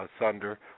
asunder